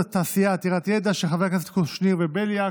תעשייה עתירת ידע של חברי הכנסת קושניר ובליאק.